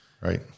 Right